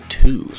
two